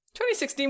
2016